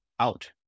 Out